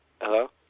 Hello